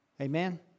Amen